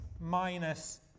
minus